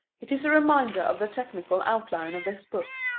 it is a reminder of the technical outline of this book.